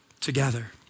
together